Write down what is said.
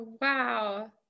wow